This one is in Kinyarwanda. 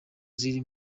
ziri